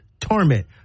torment